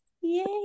yay